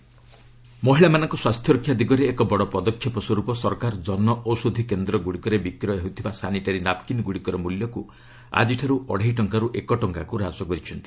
government sanitary napkins ମହିଳାମାନଙ୍କ ସ୍ୱାସ୍ଥ୍ୟରକ୍ଷା ଦିଗରେ ଏକ ବଡ଼ ପଦକ୍ଷେପ ସ୍ୱର୍ପ ସରକାର କନଔଷଧୀ କେନ୍ଦ୍ରଗୁଡ଼ିକରେ ବିକ୍ରୟ ହେଉଥିବା ସାନିଟାରି ନାପ୍କିନ୍ଗୁଡ଼ିକର ମୂଲ୍ୟକୁ ଆଜିଠାରୁ ଆଢ଼େଇ ଟଙ୍କାରୁ ଏକ ଟଙ୍କାକୁ ହ୍ରାସ କରିଛନ୍ତି